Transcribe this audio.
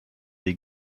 die